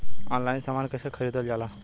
Online समान कैसे खरीदल जाला?